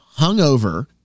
hungover